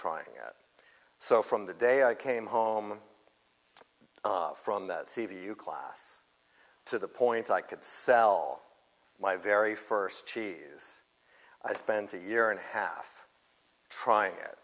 trying it so from the day i came home from the c v you class to the point i could sell my very first cheese i spent a year and a half trying it